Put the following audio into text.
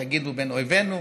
תגידו: לבין אויבינו,